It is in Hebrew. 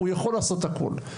הוא יכול לעשות הכול.